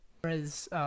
Whereas